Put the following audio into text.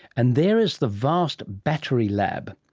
and there is the vast battery lab.